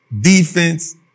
defense